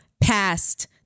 past